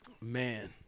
man